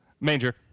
Manger